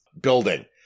building